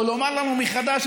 או לומר לנו מחדש,